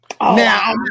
Now